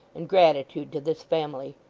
and gratitude to this family.